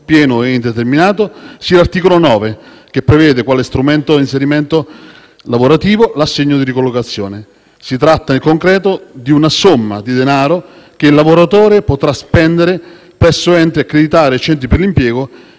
pieno e indeterminato, sia l'articolo 9 che prevede, quale strumento di inserimento lavorativo, l'assegno di ricollocazione. Si tratta, in concreto, di una somma di denaro che il lavoratore potrà spendere presso enti accreditati dai centri per l'impiego